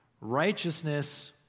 Righteousness